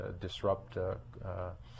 disrupt